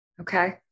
Okay